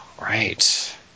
Right